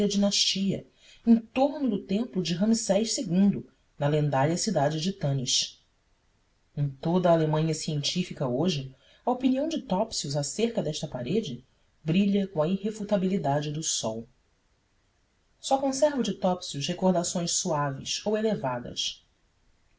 dinastia em torno do templo de ramsés ii na lendária cidade de tânis em toda a alemanha científica hoje a opinião de topsius acerca desta parede brilha com a irrefutabilidade do sol só conservo de topsius recordações suaves ou elevadas